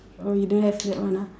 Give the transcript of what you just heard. oh don't have that one ah